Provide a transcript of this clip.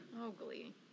ugly